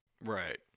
Right